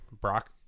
Brock